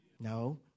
No